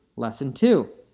lesson two,